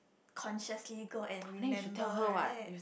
consciously go and remember right